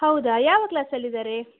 ಹೌದಾ ಯಾವ ಕ್ಲಾಸಲ್ಲಿ ಇದ್ದಾರೆ